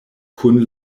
kun